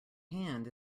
hand